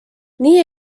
nii